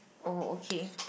oh okay